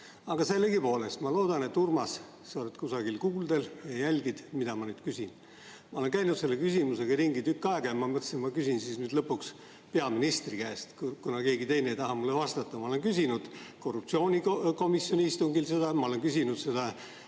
aega. Sellegipoolest ma loodan, et Urmas, sa oled kusagil kuuldel ja jälgid, mida ma nüüd küsin. Ma olen käinud selle küsimusega ringi tükk aega ja ma mõtlesin, et ma küsin lõpuks peaministri käest, kuna keegi teine ei taha mulle vastata. Ma olen küsinud seda korruptsioonikomisjoni istungil, ma olen küsinud seda